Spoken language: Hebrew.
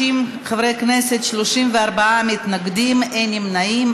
בעד 60 חברי כנסת, 34 מתנגדים, אין נמנעים.